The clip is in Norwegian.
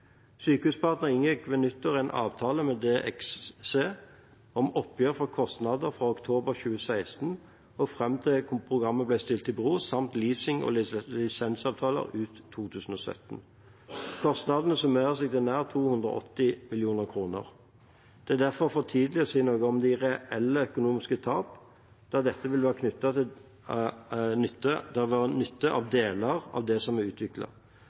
inngikk ved nyttår en avtale med DXC om oppgjør for kostnader fra oktober 2016 og fram til programmet ble stilt i bero, samt leasing- og lisensavtaler ut 2017. Kostnadene summerer seg til nær 280 mill. kr. Det er derfor for tidlig å si noe om reelle økonomiske tap, da en vil ha nytte av deler av det som er utviklet. Hvor mye som kan gjenbrukes, avhenger bl.a. av om DXC fortsatt vil ha en rolle i det